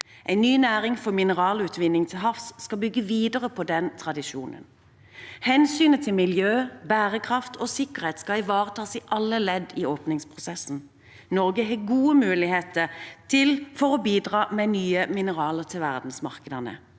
En ny næring for mineralutvinning til havs skal bygge videre på den tradisjonen. Hensynet til miljø, bærekraft og sikkerhet skal ivaretas i alle ledd i åpningsprosessen. Norge har gode muligheter for å bidra med nye mineraler til verdensmarkedene